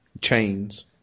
chains